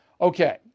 okay